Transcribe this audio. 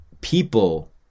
people